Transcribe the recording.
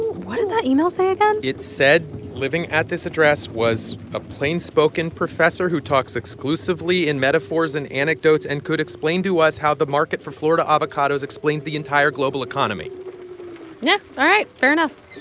what did that email say again? it said living at this address was a plain-spoken professor who talks exclusively in metaphors and anecdotes and could explain to us how the market for florida avocados explains the entire global economy yeah all right. fair enough